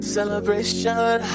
Celebration